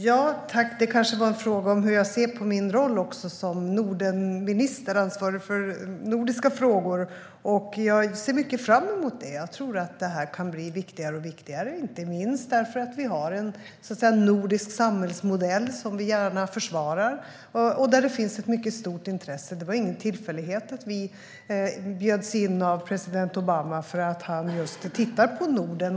Herr talman! Det kanske också var en fråga om hur jag ser på min roll som Nordenminister och på att vara ansvarig för nordiska frågor. Jag ser mycket fram emot det. Jag tror att det kan bli allt viktigare, inte minst eftersom vi har en så kallad nordisk samhällsmodell som vi gärna försvarar och för vilken det finns ett stort intresse. Det var ingen tillfällighet att vi bjöds in av president Obama. Han tittar på just Norden.